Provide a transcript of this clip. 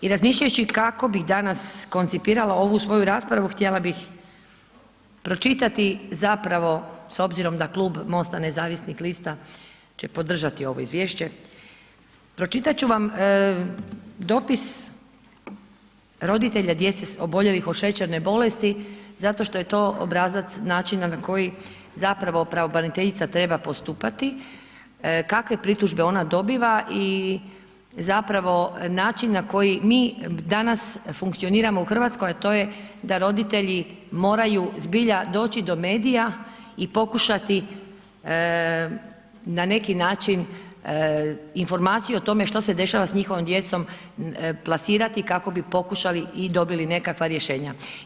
I razmišljajući kako bih danas koncipirala ovu svoju raspravu, htjela bih pročitati zapravo, s obzirom da Klub MOST-a nezavisnih lista će podržati ovo Izvješće, pročitat ću vam dopis roditelja djece oboljelih od šećerne bolesti zato što je to obrazac načina na koji zapravo pravobraniteljica treba postupati, kakve pritužbe ona dobiva i zapravo način na koji mi danas funkcioniramo u Hrvatskoj, a to je da roditelji moraju zbilja doći do medija i pokušati na neki način, informaciju o tome što se dešava s njihovom djecom plasirati kako bi pokušali i dobili nekakva rješenja.